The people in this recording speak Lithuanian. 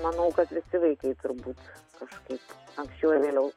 manau kad visi vaikai turbūt kažkaip anksčiau ar vėliau